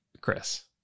Chris